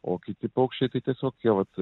o kiti paukščiai tai tiesiog jie vat